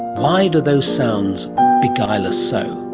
why do those sounds beguile us so?